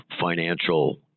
financial